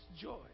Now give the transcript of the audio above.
joy